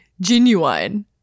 genuine